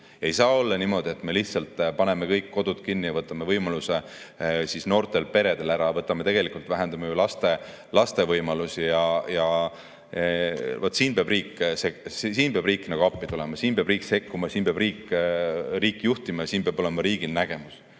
Ei saa olla niimoodi, et me lihtsalt paneme kõik kodud kinni ja võtame võimaluse noortelt peredelt ära, tegelikult vähendame sellega ju laste võimalusi. Vot siin peab riik nagu appi tulema, siin peab riik sekkuma, siin peab riik juhtima ja siin peab olema riigil nägemus.